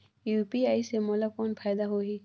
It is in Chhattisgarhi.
यू.पी.आई से मोला कौन फायदा होही?